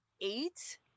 eight